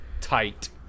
Tight